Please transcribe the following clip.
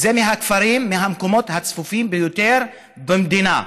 זה מהמקומות הצפופים ביותר במדינה.